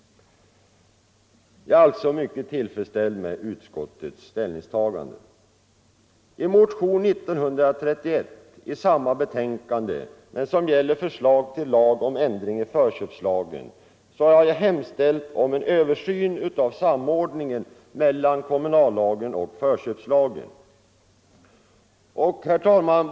Jag är alltså mycket tillfredsställd med utskottets ställningstagande. I motionen 1931, som gäller förslag till lag om ändring i förköpslagen, har jag hemställt om en översyn av samordningen mellan kommunallagen och förköpslagen.